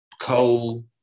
Coal